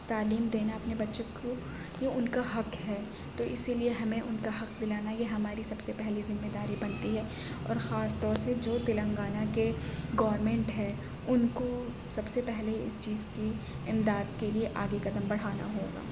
تعلیم دینا اپنے بچوں کو یہ ان کا حق ہے تو اسی لئے ہمیں ان کا حق دلانا یہ ہماری سب سے پہلی ذمہ داری بنتی ہے اور خاص طور سے جو تلنگانہ کے گورنمنٹ ہے ان کو سب سے پہلے اس چیز کی امداد کے لئے آگے قدم بڑھانا ہوگا